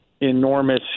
enormous